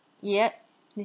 yes